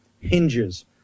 hinges